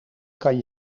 kan